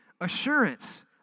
assurance